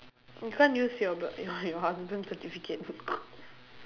you can't use your b~ your your husband certificate